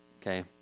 okay